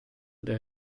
della